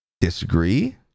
disagree